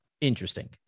interesting